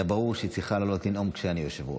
היה ברור שהיא צריכה לעלות לנאום כשאני יושב-ראש.